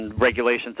regulations